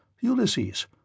Ulysses